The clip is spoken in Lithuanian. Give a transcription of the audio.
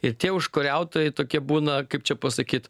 ir tie užkariautojai tokie būna kaip čia pasakyt